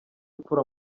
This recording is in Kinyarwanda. mfura